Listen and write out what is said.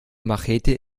machete